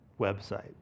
website